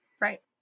Right